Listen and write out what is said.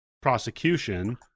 prosecution